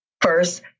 first